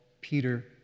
Peter